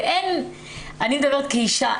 ואני מדברת כאישה,